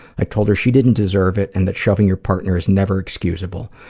i told her she didn't deserve it and that shoving your partner is never excusable.